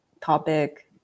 topic